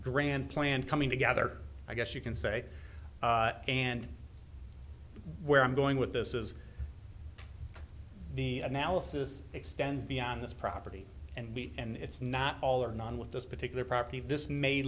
grand plan coming together i guess you can say and where i'm going with this is the analysis extends beyond this property and me and it's not all or none with this particular property this may